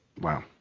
Wow